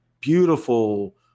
beautiful